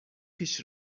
پیش